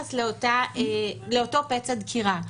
ביחס לאותו פצע דקירה.